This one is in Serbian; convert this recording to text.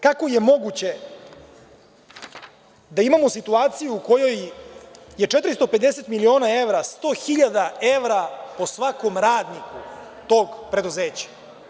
Kako je moguće da imamo situaciju u kojoj je 450 miliona evra, 100 hiljada evra po svakom radniku tog preduzeća?